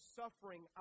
suffering